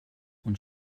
und